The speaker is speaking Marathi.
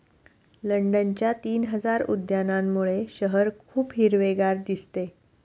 लंडनच्या तीन हजार उद्यानांमुळे शहर खूप हिरवेगार दिसते